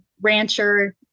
rancher